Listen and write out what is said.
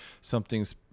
something's